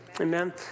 Amen